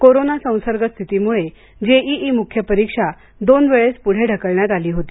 corona संसर्गस्थितीमुळे JEE मुख्य परीक्षा दोन वेळेस पुढे ढकलण्यात आली होती